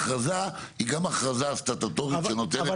הכרזה היא גם הכרזה סטטוטורית שנותנת --- אבל,